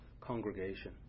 congregation